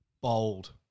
bold